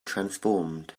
transformed